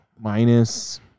minus